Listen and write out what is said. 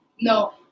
No